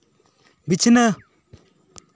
ᱵᱤᱪᱷᱱᱟᱹ